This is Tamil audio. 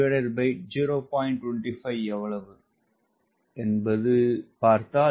25 என்பது 1004